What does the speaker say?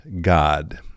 God